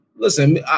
Listen